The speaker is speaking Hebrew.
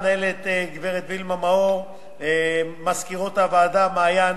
המנהלת גברת וילמה מאור ומזכירות הוועדה מעיין,